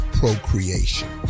procreation